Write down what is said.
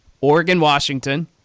Oregon-Washington